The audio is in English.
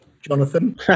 Jonathan